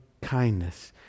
kindness